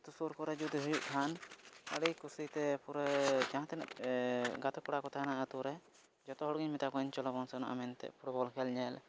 ᱟᱹᱛᱩ ᱥᱩᱨ ᱠᱚᱨᱮ ᱡᱩᱫᱤ ᱦᱩᱭᱩᱜ ᱠᱷᱟᱱ ᱟᱹᱰᱤ ᱠᱩᱥᱤ ᱛᱮ ᱯᱩᱨᱟᱹ ᱡᱟᱦᱟᱸᱛᱤᱱᱟᱹᱜ ᱜᱟᱛᱮ ᱠᱚᱲᱟ ᱠᱚ ᱛᱟᱦᱮᱱᱟ ᱟᱹᱛᱩ ᱨᱮ ᱡᱚᱛᱚ ᱦᱚᱲ ᱜᱤᱧ ᱢᱮᱛᱟ ᱠᱚᱣᱟ ᱪᱚᱞᱚᱵᱚᱱ ᱥᱮᱱᱚᱜᱼᱟ ᱢᱮᱱᱛᱮ ᱯᱷᱩᱴᱵᱚᱞ ᱠᱷᱮᱹᱞ ᱧᱮᱞ